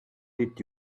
did